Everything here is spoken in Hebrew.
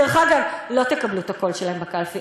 דרך אגב, לא תקבלו את הקול שלהם בקלפי.